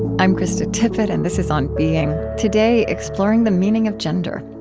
i'm krista tippett and this is on being. today, exploring the meaning of gender.